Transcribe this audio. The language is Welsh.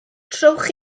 trowch